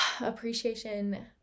appreciation